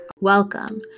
Welcome